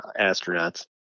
Astronauts